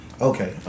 Okay